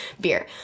beer